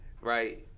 right